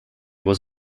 was